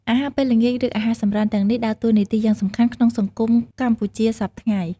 អាហារពេលល្ងាច ឬអាហារសម្រន់ទាំងនេះ ដើរតួនាទីយ៉ាងសំខាន់ក្នុងសង្គមកម្ពុជាសព្វថ្ងៃ។